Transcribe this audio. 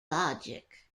logic